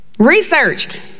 Researched